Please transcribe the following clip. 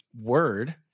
word